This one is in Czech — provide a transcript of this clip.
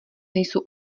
nejsou